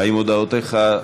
האם הודעותיך,